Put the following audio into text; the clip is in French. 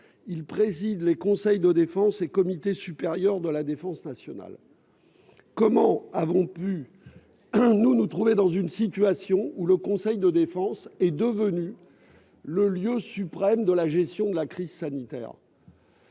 Il préside les conseils et comités supérieurs de la défense nationale. » Comment avons-nous pu nous trouver dans une situation où le conseil de défense est devenu le lieu suprême de gestion de la crise sanitaire ?